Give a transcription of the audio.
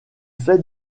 fait